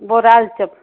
ବରା ଆଳୁଚପ୍